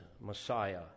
Messiah